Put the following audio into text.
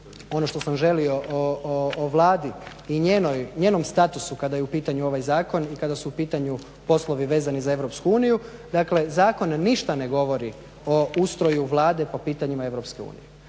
ono što sam želio o Vladi i njenom statusu kada je u pitanju ovaj zakon i kada su u pitanju poslovi vezani za Europsku uniju. Dakle zakon ništa ne govori o ustroju Vlade po pitanjima Europske unije.